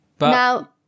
Now